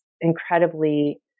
incredibly